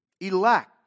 elect